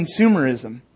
consumerism